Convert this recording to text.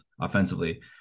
offensively